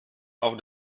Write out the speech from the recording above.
auf